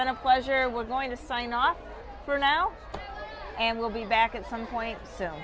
been a pleasure we're going to sign off for now and we'll be back at some point